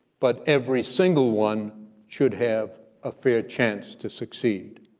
but every single one should have a fair chance to succeed.